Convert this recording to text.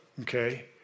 okay